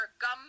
gum